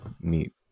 meet